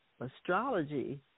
astrology